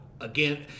again